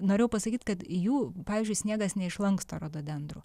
norėjau pasakyt kad jų pavyzdžiui sniegas neišlanksto rododendrų